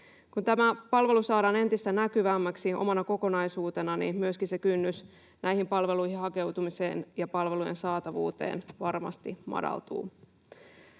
Kun tämä palvelu saadaan entistä näkyvämmäksi omana kokonaisuutenaan, niin myöskin se kynnys näihin palveluihin hakeutumiseen ja palvelujen saatavuuteen varmasti madaltuu.